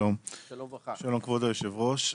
שלום כבוד היושב-ראש.